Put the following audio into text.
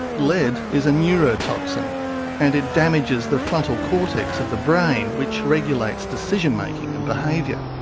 lead is a neurotoxin and it damages the frontal cortex of the brain, which regulates decision-making and behaviour.